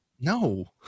No